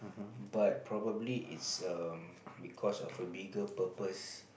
but probably it's um because of a bigger purpose